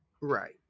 Right